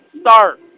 start